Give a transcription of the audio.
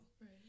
right